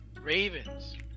Ravens